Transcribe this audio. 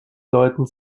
leuten